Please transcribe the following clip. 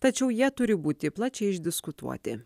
tačiau jie turi būti plačiai išdiskutuoti